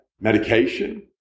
medication